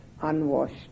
unwashed